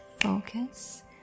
focus